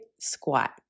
squat